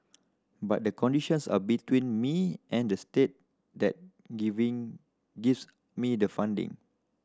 but the conditions are between me and the state that giving gives me the funding